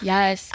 Yes